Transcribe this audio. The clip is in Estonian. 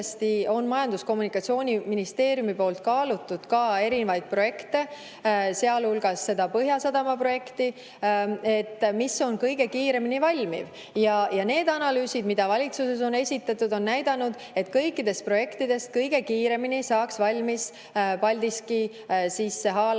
on Majandus- ja Kommunikatsiooniministeerium kaalunud erinevaid projekte, sealhulgas seda Põhjasadama projekti, mis on kõige kiiremini valmiv, ja need analüüsid, mis valitsuses on esitatud, on näidanud, et kõikidest projektidest kõige kiiremini saaks valmis Paldiski haalamiskai,